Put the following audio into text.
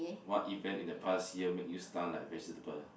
what event in the past year make you stun like vegetable